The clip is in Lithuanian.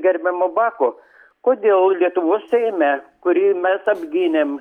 gerbiamo bako kodėl lietuvos seime kurį mes apgynėm